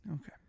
okay